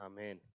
amen